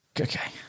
Okay